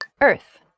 Earth